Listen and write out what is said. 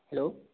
hello